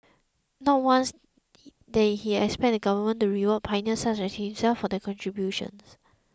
not once did he expect the government to reward pioneers such as himself for their contributions